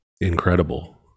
incredible